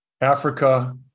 Africa